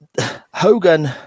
Hogan